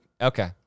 okay